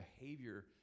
behavior